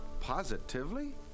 Positively